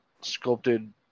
sculpted